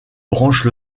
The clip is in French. branches